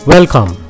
Welcome